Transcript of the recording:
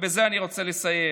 ובזה אני רוצה לסיים: